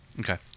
Okay